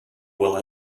will